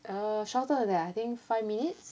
err shorter than that I think five minutes